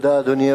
אדוני, בבקשה.